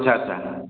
ଆଚ୍ଛା ଆଚ୍ଛା